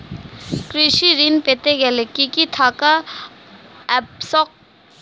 কৃষি ঋণ পেতে গেলে কি কি থাকা আবশ্যক?